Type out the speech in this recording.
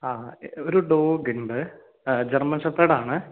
ആ ഒരു ഡോഗുണ്ട് ജർമ്മൻ ഷെപ്പേഡാണ്